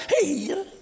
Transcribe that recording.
Hey